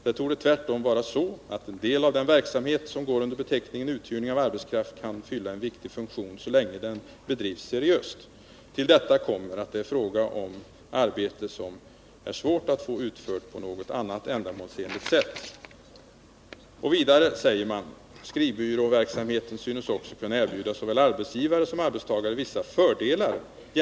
Det torde tvärtom vara så att en del av den verksamhet som går under beteckningen uthyrning av arbetskraft kan fylla en viktig funktion så länge den bedrivs seriöst. Till detta kommer att det här ofta är fråga om arbete som är svårt att få utfört på något annat ändamålsenligt sätt.” Vidare säger man: ”Skrivbyråverksamheten synes också kunna erbjuda såväl arbetsgivare som arbetstagare vissa fördelar jämfört med den offentliga arbetsförmedlingen.